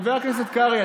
חבר הכנסת קרעי,